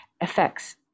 effects